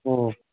ꯎꯝ